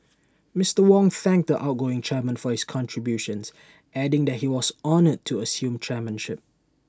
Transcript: Mister Wong thanked the outgoing chairman for his contributions adding that he was honoured to assume chairmanship